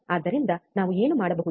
ಆದ್ದರಿಂದ ನಾವು ಏನು ಮಾಡಬಹುದು